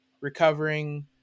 recovering